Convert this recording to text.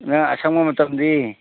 ꯅꯪ ꯑꯁꯪꯕ ꯃꯇꯝꯗꯤ